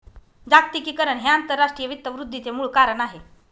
जागतिकीकरण हे आंतरराष्ट्रीय वित्त वृद्धीचे मूळ कारण आहे